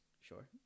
Sure